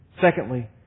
Secondly